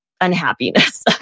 unhappiness